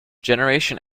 generation